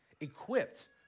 equipped